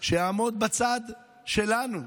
שיעמוד בצד שלנו,